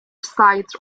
sites